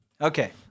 Okay